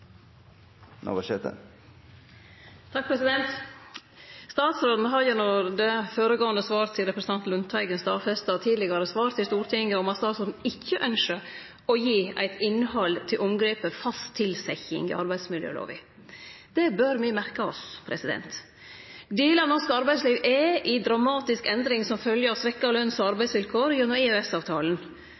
Statsråden har gjennom det føregåande svaret til representanten Lundteigen stadfesta tidlegare svar til Stortinget om at statsråden ikkje ynskjer å gi eit innhald til omgrepet «fast tilsetjing» i arbeidsmiljølova. Det bør me merke oss. Delar av norsk arbeidsliv er i dramatisk endring som fylgje av svekte løns- og arbeidsvilkår gjennom